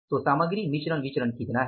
तो सामग्री मिश्रण विचरण कितना है